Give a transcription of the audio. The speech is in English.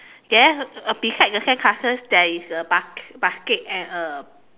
then beside the sandcastle there is a ba~ basket and a